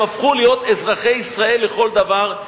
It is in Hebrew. הם הפכו להיות אזרחי ישראל לכל דבר,